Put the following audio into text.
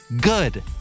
good